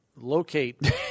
locate